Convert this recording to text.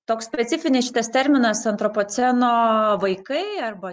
toks specifinis šitas terminas antropoceno vaikai arba